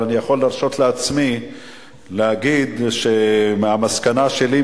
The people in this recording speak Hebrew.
אבל אני יכול להרשות לעצמי להגיד שהמסקנה שלי,